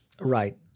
right